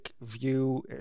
view